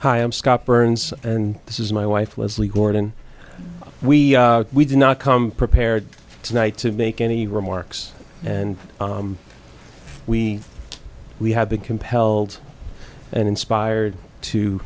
hi i'm scott burns and this is my wife was lee gordon we we did not come prepared tonight to make any remarks and we we have been compelled and inspired to